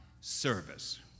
service